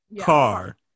car